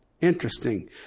Interesting